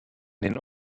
den